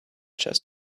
just